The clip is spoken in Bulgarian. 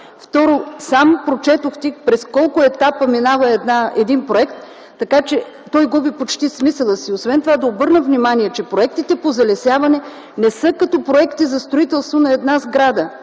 Второ, сам прочетохте през колко етапа трябва да мине един проект, така че той почти губи смисъла си. Освен това да обърна внимание, че проектите по залесяване не са като проекти за строителство на една сграда.